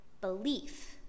Belief